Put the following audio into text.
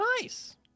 Nice